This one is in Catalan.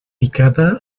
picada